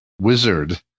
wizard